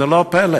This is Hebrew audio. זה לא פלא.